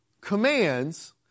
commands